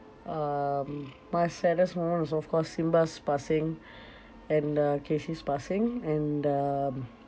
um my saddest moment was of course simba's passing and uh casey's passing and um